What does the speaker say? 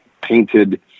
painted